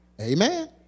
Amen